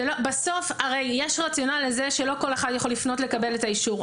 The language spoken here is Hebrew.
בסוף יש רציונל לזה שלא כל אחד יכול לפנות לקבל את האישור.